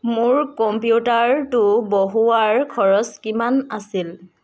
মোৰ কম্পিউটাৰটো বহুৱাৰ খৰচ কিমান আছিল